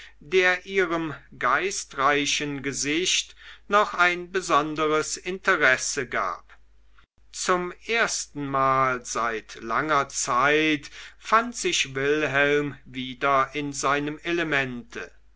der ihrem geistreichen gesicht noch ein besonderes interesse gab zum erstenmal seit langer zeit fand sich wilhelm wieder in seinem elemente